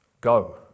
go